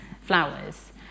flowers